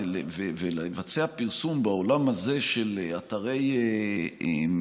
ולבצע פרסום בעולם הזה של אתרי OTS,